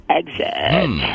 exit